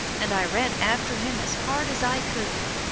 and i ran after him as hard as i could.